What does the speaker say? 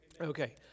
Okay